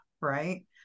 right